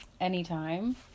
anytime